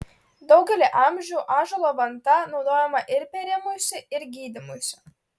daugelį amžių ąžuolo vanta naudojama ir pėrimuisi ir gydymuisi